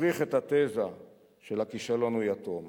הפריך את התזה של "הכישלון הוא יתום".